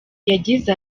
yagize